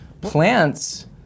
Plants